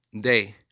day